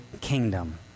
kingdom